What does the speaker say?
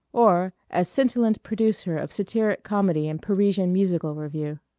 or as scintillant producer of satiric comedy and parisian musical revue.